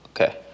Okay